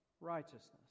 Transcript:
righteousness